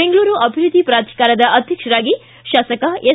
ಬೆಂಗಳೂರು ಅಭಿವೃದ್ಧಿ ಪ್ರಾಧಿಕಾರದ ಅಧ್ಯಕ್ಷರಾಗಿ ಶಾಸಕ ಎಸ್